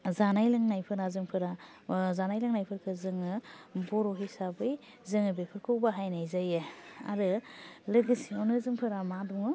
जानाय लोंनायफोरा जोंफोरा जानाय लोंनायफोरखौ जोङो बर' हिसाबै जोङो बेफोरखौ बाहायनाय जायो आरो लोगोसेयावनो जोंफोरा मा दङ